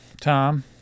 tom